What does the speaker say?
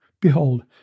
Behold